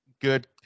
good